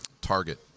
target